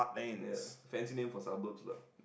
ya fancy name for suburbs lah